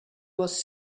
was